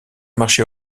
marché